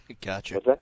gotcha